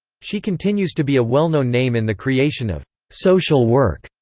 she continues to be a well-known name in the creation of social work,